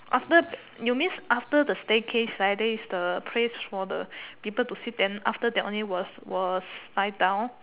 after you mean after the staircase right then is the place for the people to sit then after that one then was was slide down